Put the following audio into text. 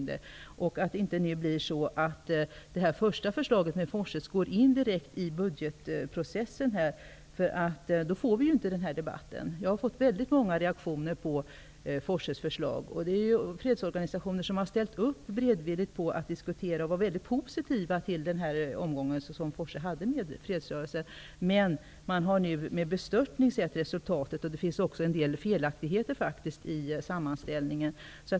Det första förslaget, framlagt av Forsse, får inte läggas in i budgetprocessen. Då skapas inte debatten. Jag har fått många reaktioner på Forsses förslag. Fredsorganisationer ställde beredvilligt upp på att diskutera och var positiva till den utredning som Forsse gjorde. Men fredsrörelsen har nu med bestörtning sett resultatet. Det finns också en del felaktigheter i sammanställningen.